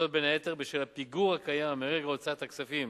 וזאת בין היתר בשל הפיגור הקיים מרגע הוצאת הכספים